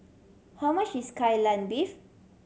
how much is Kai Lan Beef